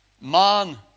man